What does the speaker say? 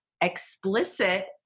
explicit